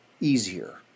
easier